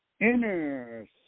Inner